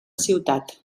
ciutat